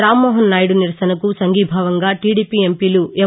రామ్నోహన్ నాయుడు నిరసనకు సంఘీభావంగా టీడీపీ ఎంపీలు ఎం